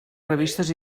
revistes